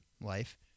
life